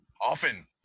often